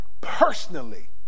personally